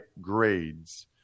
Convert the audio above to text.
Grades